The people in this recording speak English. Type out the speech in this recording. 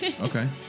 Okay